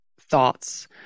thoughts